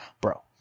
bro